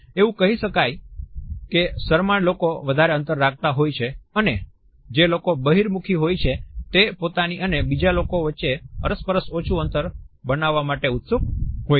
એવું કહી શકીએ કે શરમાળ લોકો વધારે અંતર રાખતા હોય છે અને જે લોકો બહિર્મુખ હોય છે તે પોતાની અને બીજા લોકો વચ્ચે અરસપરસ ઓછું અંતર બનાવવા માટે ઉત્સુક હોય છે